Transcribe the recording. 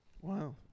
Wow